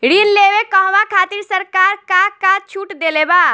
ऋण लेवे कहवा खातिर सरकार का का छूट देले बा?